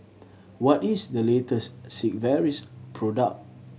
what is the latest Sigvaris product